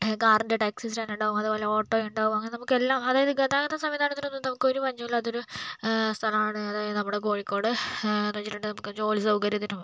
കാറിൻ്റെ taxi stand ഉണ്ടാകും അതുപോലെ ഓട്ടോ ഉണ്ടാകും അങ്ങനെ നമുക്ക് എല്ലാം അതായത് ഗതാഗത സംവിധനത്തിന് ഒന്നും നമുക്ക് ഒരു പഞ്ഞവും ഇല്ലാത്തൊരു സ്ഥലമാണ് അതാണ് നമ്മുടെ കോഴിക്കോട് എന്ന് വെച്ചിട്ടുണ്ടെങ്കില് നമുക്ക് ജോലി സൗകര്യത്തിനും